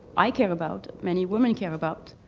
i care about, many women care about.